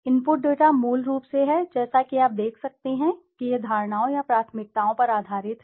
input data मूल रूप से है जैसा कि आप देख सकते हैं कि यह धारणाओं या प्राथमिकताओं पर आधारित है